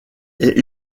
est